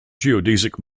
geodesic